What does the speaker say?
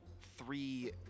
three